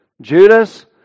Judas